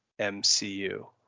mcu